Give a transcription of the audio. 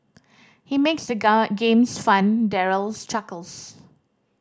he makes the games fun Daryl chuckles